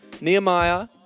Nehemiah